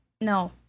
No